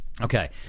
Okay